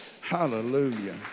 hallelujah